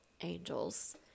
angels